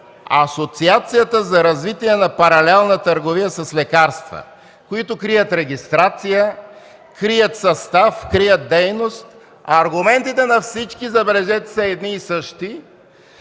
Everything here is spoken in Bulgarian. Асоциацията за развитие на паралелна търговия с лекарства, които крият регистрация, състав и дейност. Аргументите на всички, забележете, са едни и същи.